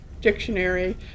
Dictionary